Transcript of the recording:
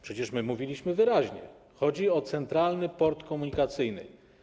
Przecież my mówiliśmy wyraźnie, że chodzi o Centralny Port Komunikacyjny.